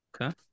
okay